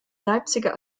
leipziger